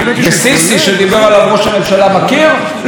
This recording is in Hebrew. וא-סיסי, שדיבר עליו ראש הממשלה, מכיר?